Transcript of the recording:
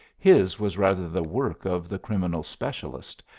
his was rather the work of the criminal specialist,